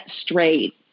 straight